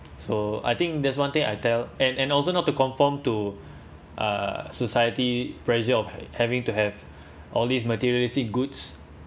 so I think that's one thing I tell and and also not to conform to uh society pressure of having to have all these materialistic goods